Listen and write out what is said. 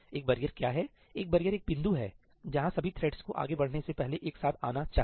एक बैरियर क्या है एक बैरियर एक बिंदु है जहां सभी थ्रेड्स को आगे बढ़ने से पहले एक साथ आना चाहिए